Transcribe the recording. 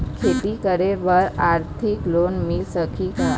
खेती करे बर आरथिक लोन मिल सकही?